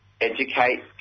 educate